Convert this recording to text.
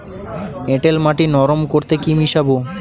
এঁটেল মাটি নরম করতে কি মিশাব?